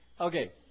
Okay